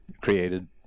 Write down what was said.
created